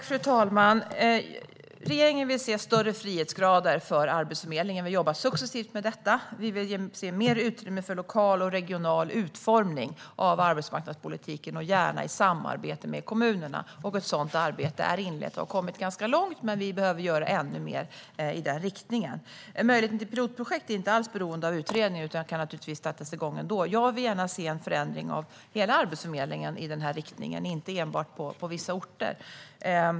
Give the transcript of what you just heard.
Fru talman! Regeringen vill se större frihet för Arbetsförmedlingen och jobbar successivt med detta. Vi vill se mer utrymme för lokal och regional utformning av arbetsmarknadspolitiken, gärna i samarbete med kommunerna. Ett sådant arbete är inlett och har kommit ganska långt, men vi behöver göra ännu mer i den riktningen. Möjligheten till pilotprojekt är inte alls beroende av utredningen, utan de kan naturligtvis sättas igång ändå. Jag vill gärna se en förändring av hela Arbetsförmedlingen i denna riktning, inte enbart på vissa orter.